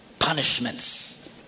punishments